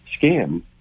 scam